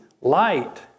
light